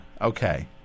Okay